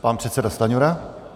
Pan předseda Stanjura.